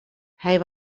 hij